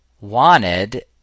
wanted